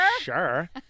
sure